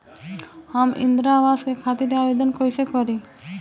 हम इंद्रा अवास के खातिर आवेदन कइसे करी?